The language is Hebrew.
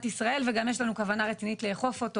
ישראל וגם יש לנו כוונה רצינית לאכוף אותו,